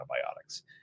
antibiotics